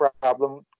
problem